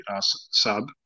sub